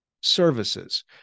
services